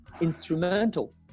instrumental